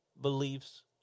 beliefs